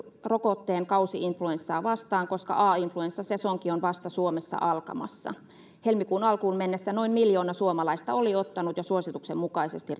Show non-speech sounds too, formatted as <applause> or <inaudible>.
rokotteen kausi influenssaa vastaan koska a influenssasesonki on suomessa vasta alkamassa helmikuun alkuun mennessä jo noin miljoona suomalaista oli ottanut suosituksen mukaisesti <unintelligible>